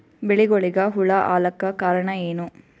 ಬೆಳಿಗೊಳಿಗ ಹುಳ ಆಲಕ್ಕ ಕಾರಣಯೇನು?